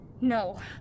No